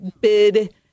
bid